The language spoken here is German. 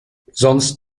sonst